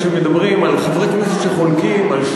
כשמדברים על חברי כנסת שחולקים זה על זה,